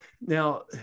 Now